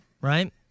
Right